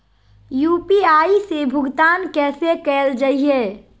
UPI से भुगतान कैसे कैल जहै?